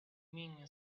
mean